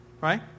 Right